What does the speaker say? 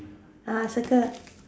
ah circle